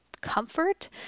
comfort